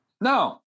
No